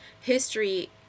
history